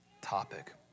topic